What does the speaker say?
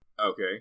Okay